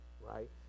right